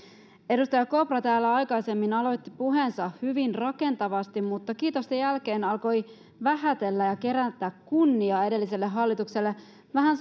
edustaja kopra täällä aikaisemmin aloitti puheensa hyvin rakentavasti mutta kiitosten jälkeen alkoi vähätellä ja kerätä kunniaa edelliselle hallitukselle vähän